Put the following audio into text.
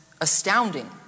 astounding